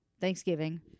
Thanksgiving